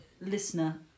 listener